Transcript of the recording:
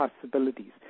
possibilities